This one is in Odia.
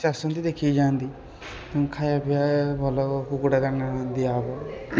ସିଏ ଆସନ୍ତି ଦେଖିକି ଯାଆନ୍ତି ତାଙ୍କୁ ଖାଇବା ପିଇବା ଭଲ କୁକୁଡ଼ା ଦାନା ଦିଆହେବ